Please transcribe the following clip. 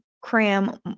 Cram